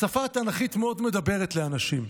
השפה התנ"כית מאוד מדברת לאנשים.